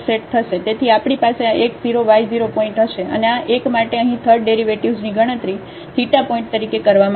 તેથી આપણી પાસે આ x 0 y 0 પોઇન્ટ હશે અને આ એક માટે અહીં થર્ડ ડેરિવેટિવ્ઝ ની ગણતરી થિટા પોઇન્ટ તરીકે કરવામાં આવશે